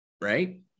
right